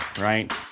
right